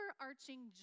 overarching